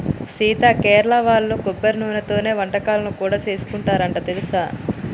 సీత కేరళ వాళ్ళు కొబ్బరి నూనెతోనే వంటకాలను కూడా సేసుకుంటారంట తెలుసా